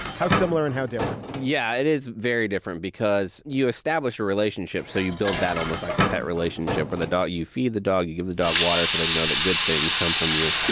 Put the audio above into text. how similar and how different? yeah, it is very different because you establish a relationship. so you build that almost like a pet relationship for the dog. you feed the dog, you give the dog water so they know that good things come from you.